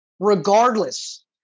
regardless